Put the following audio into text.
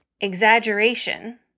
exaggeration